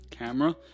camera